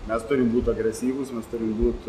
mes turim būt agresyvūs mes turim būt